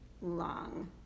long